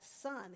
son